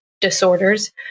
disorders